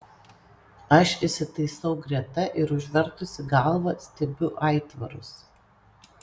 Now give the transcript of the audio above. aš įsitaisau greta ir užvertusi galvą stebiu aitvarus